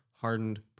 hardened